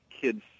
kids